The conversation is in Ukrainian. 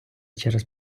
через